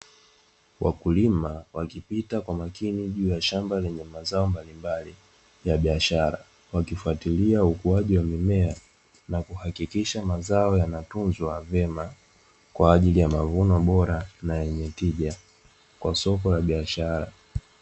Wakulima wakipita kwa makini juu ya shamba la mimea ya biashara wakifuatilia ukuaji wa mimea na kuhakikisha mazao yanatunzwa vyema kwaajili ya soko la biashara